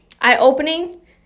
eye-opening